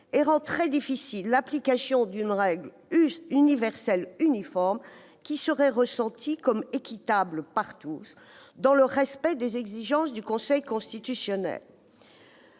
et rend très difficile l'application d'une règle universelle uniforme ressentie comme équitable par tous, dans le respect des exigences du Conseil constitutionnel.